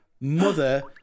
Mother